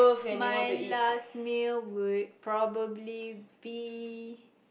my last meal would probably be